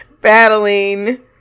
battling